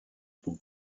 bon